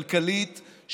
כלכלית,